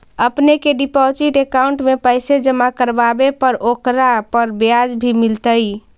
अपने के deposit account में पैसे जमा करवावे पर ओकरा पर ब्याज भी मिलतई